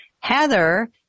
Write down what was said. Heather